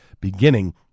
beginning